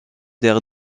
der